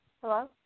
Hello